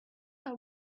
are